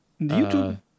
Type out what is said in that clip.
YouTube